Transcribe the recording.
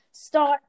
start